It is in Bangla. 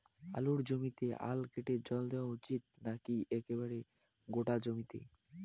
আলুর জমিতে আল কেটে জল দেওয়া উচিৎ নাকি একেবারে গোটা জমিতে?